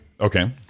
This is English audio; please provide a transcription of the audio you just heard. Okay